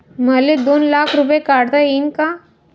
मले दोन लाख रूपे काढता येईन काय?